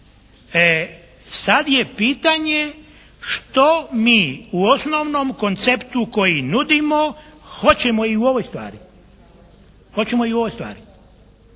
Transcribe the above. Sad je pitanje što mi u osnovnom konceptu koji nudimo hoćemo i u ovoj stvari?